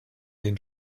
den